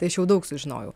tai aš jau daug sužinojau